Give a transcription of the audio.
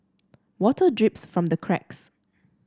water drips from the cracks